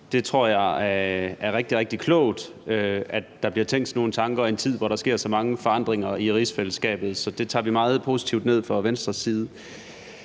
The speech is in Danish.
Jeg tror, det er rigtig, rigtig klogt, at der bliver tænkt sådan nogle tanker, også i en tid, hvor der sker så mange forandringer i rigsfællesskabet. Så det tager vi meget positivt ned fra Venstres side.